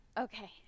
okay